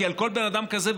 כי על כל בן אדם כזה,